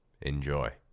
Enjoy